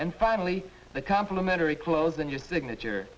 and finally the complimentary close and your signature